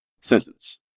sentence